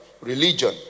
religion